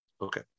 Okay